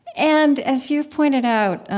and as you've pointed out